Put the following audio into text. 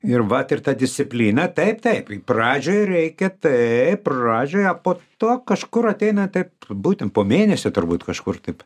ir vat ir ta disciplina taip taip pradžioj reikia taip pradžioj o po to kažkur ateina taip būtent po mėnesio turbūt kažkur taip